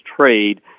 trade